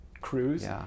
cruise